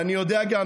ואני יודע גם,